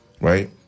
right